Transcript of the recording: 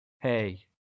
Hey